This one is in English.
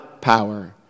power